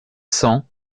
cents